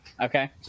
Okay